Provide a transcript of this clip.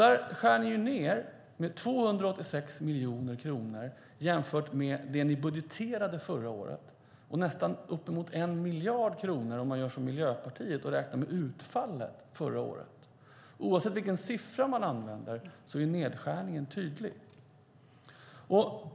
Där skär ni i regeringen ned med 286 miljoner kronor jämfört med det ni budgeterade förra året och med nästan uppemot 1 miljard kronor om man gör som Miljöpartiet och räknar med utfallet förra året. Oavsett vilken siffra man använder är nedskärningen tydlig.